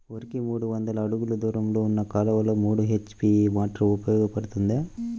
వరికి మూడు వందల అడుగులు దూరంలో ఉన్న కాలువలో మూడు హెచ్.పీ మోటార్ ఉపయోగపడుతుందా?